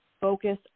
focus